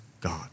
God